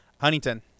Huntington